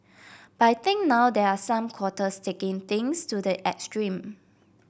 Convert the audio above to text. but I think now there are some quarters taking things to the extreme